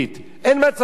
אין מצב כזה.